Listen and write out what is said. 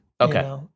Okay